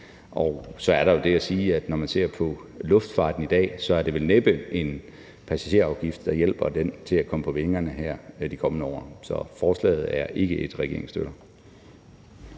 Og så er der jo det at sige, at når man ser på luftfarten i dag, er det vel næppe en passagerafgift, der hjælper den til at komme på vingerne her de kommende år. Så forslaget er ikke et, regeringen støtter.